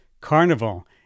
carnival